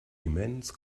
immense